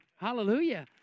Hallelujah